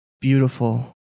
Beautiful